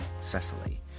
Cecily